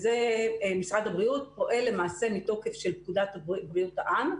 משרד הבריאות פועל למעשה מתוקף פקודת בריאות העם,